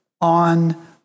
on